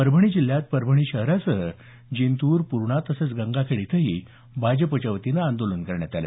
परभणी जिल्ह्यात परभणी शहरासह जिंतूर पूर्णा तसंच गंगाखेड इथंही भाजपच्या वतीनं आंदोलन करण्यात आलं